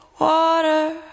water